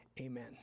Amen